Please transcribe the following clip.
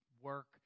work